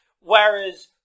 whereas